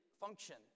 function